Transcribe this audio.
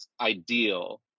ideal